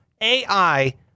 AI